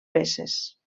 peces